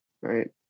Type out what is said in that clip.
right